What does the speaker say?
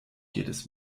jedes